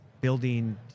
building